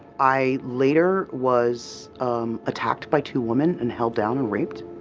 i later was attacked by two women and held down and raped,